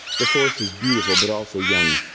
the force is beautiful but also young,